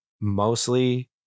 mostly